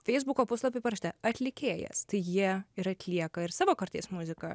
feisbuko puslapy parašyta atlikėjas tai jie ir atlieka ir savo kartais muziką